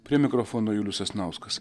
prie mikrofono julius sasnauskas